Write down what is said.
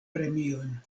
premiojn